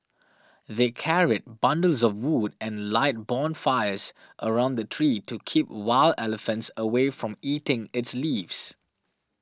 they carried bundles of wood and light bonfires around the tree to keep wild elephants away from eating its leaves